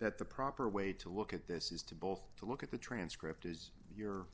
that the proper way to look at this is to both to look at the transcript is you